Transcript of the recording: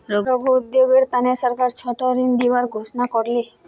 लघु उद्योगेर तने सरकार छोटो ऋण दिबार घोषणा कर ले